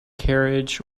carriage